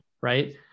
right